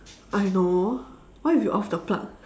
I know what if you off the plug